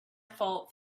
fault